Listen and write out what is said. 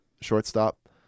shortstop